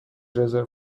رزرو